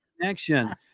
connection